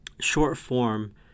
short-form